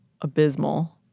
abysmal